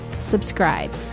subscribe